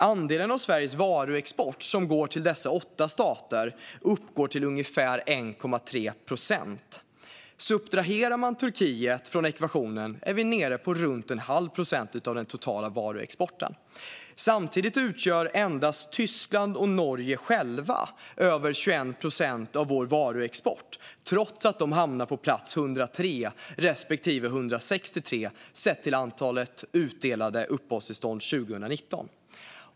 Andelen av Sveriges varuexport som går till dessa åtta stater uppgår till ungefär 1,3 procent. Subtraherar man Turkiet från ekvationen är vi nere på runt en halv procent av den totala varuexporten. Samtidigt utgör enbart Tyskland och Norge själva över 21 procent av vår varuexport, trots att de hamnar på plats 103 respektive 163 sett till antalet utdelade uppehållstillstånd under 2019.